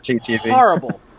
horrible